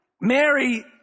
Mary